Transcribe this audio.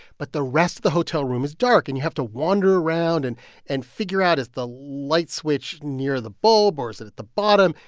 but the rest of the hotel room is dark. and you have to wander around and and figure out is the light switch near the bulb, or is it at the bottom.